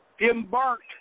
embarked